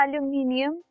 aluminium